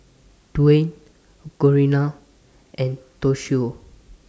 Dwain Corina and Toshio